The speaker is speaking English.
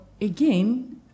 again